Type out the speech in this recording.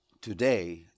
today